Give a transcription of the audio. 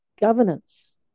governance